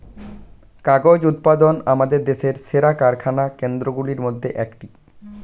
কাগজ উৎপাদন আমাদের দেশের সেরা কারখানা কেন্দ্রগুলির মধ্যে একটি